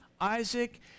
Isaac